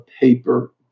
paper